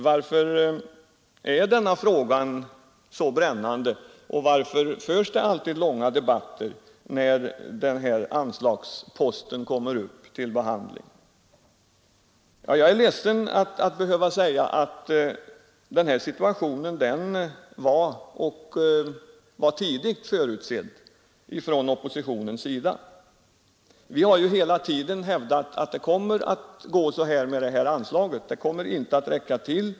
Varför är denna fråga så brännande, och varför förs det alltid långa debatter när denna anslagspost kommer upp till behandling? Jag är ledsen att behöva säga att den här situationen var tidigt förutsedd från oppositionens sida. Vi har hela tiden hävdat att det kommer att gå så här med detta anslag; det kommer inte att räcka till.